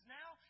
now